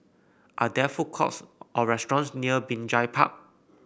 are there food courts or restaurants near Binjai Park